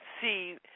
see